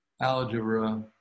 algebra